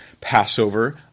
Passover